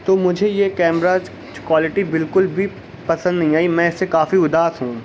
تو مجھے یہ کیمرہ کوالٹی بالکل بھی پسند نہیں آئی میں اس سے کافی اداس ہوں